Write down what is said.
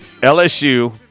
LSU –